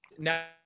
Now